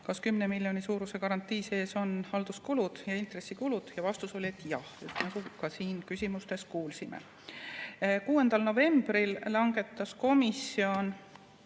kas 10 miljoni suuruse garantii sees on halduskulud ja intressikulud, ja vastus oli, et jah, nagu ka siin vastuses küsimusele kuulsime. 6. novembril langetas komisjon